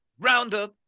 Roundup